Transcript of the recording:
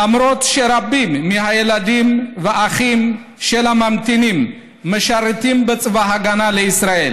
למרות שרבים מהילדים והאחים של הממתינים משרתים בצבא ההגנה לישראל